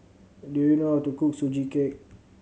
do you know how to cook Sugee Cake